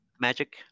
magic